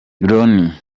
loni